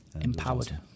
Empowered